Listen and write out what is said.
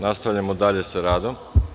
Nastavljamo dalje sa radom.